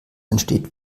entsteht